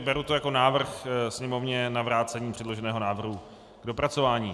Beru to jako návrh Sněmovně na vrácení předloženého návrhu k dopracování.